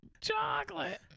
Chocolate